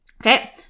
Okay